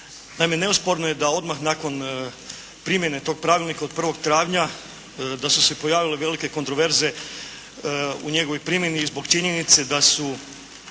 Naime, neosporno je da odmah nakon primjene tog pravilnika, od 1. travnja, da su se pojavile velike kontraverze u njegovoj primjeni zbog činjenice da su